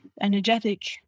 energetic